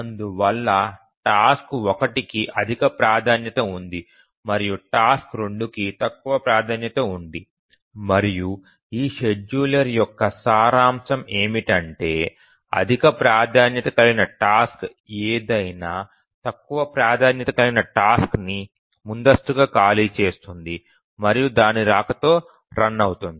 అందువల్ల టాస్క్ 1 కి అధిక ప్రాధాన్యత ఉంది మరియు టాస్క్ 2 కి తక్కువ ప్రాధాన్యత ఉంది మరియు ఈ షెడ్యూలర్ యొక్క సారాంశం ఏమిటంటే అధిక ప్రాధాన్యత కలిగిన టాస్క్ ఏదైనా తక్కువ ప్రాధాన్యత కలిగిన టాస్క్ ని ముందస్తుగా ఖాళీ చేస్తుంది మరియు దాని రాకతో రన్ అవుతుంది